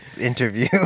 interview